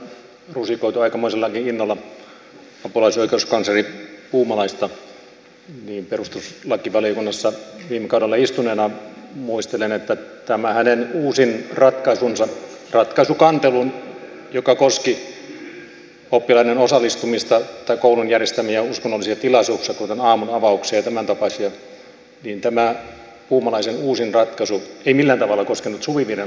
kun täällä on nyt rusikoitu aikamoisellakin innolla apulaisoikeuskansleri puumalaista niin perustuslakivaliokunnassa viime kaudella istuneena muistelen että tämä hänen uusin ratkaisunsa ratkaisu kanteluun joka koski koulun järjestämiä uskonnollisia tilaisuuksia kuten aamunavauksia ja tämäntapaisia ei millään tavalla koskenut suvivirren laulamista koulussa